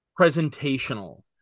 presentational